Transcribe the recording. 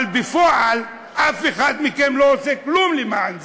אבל בפועל אף אחד מכם לא עושה כלום למען זה,